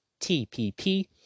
TPP